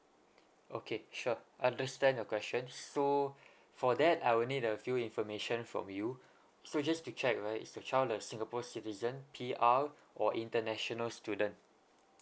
okay sure understand your question so for that I will need a few information from you so just to check right is the child a singapore citizen P_R or international student